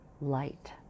light